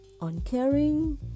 uncaring